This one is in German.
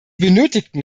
benötigten